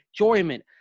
enjoyment